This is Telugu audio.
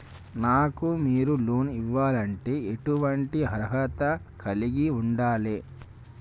నాకు మీరు లోన్ ఇవ్వాలంటే ఎటువంటి అర్హత కలిగి వుండాలే?